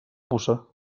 puça